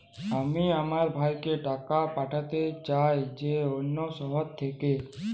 আমি আমার ভাইকে টাকা পাঠাতে চাই যে অন্য শহরে থাকে